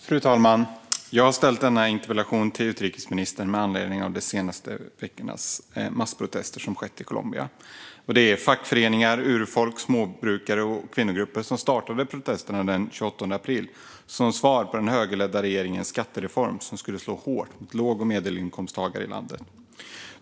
Fru talman! Jag har ställt denna interpellation till utrikesministern med anledning av de massprotester som har skett i Colombia de senaste veckorna. Fackföreningar, urfolk, småbrukare och kvinnogrupper startade protesterna den 28 april som svar på den högerledda regeringens skattereform, som skulle slå hårt mot låg och medelinkomsttagare i landet.